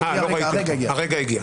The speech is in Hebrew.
הרגע הגיע.